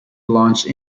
launched